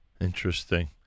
Interesting